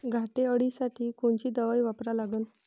घाटे अळी साठी कोनची दवाई वापरा लागन?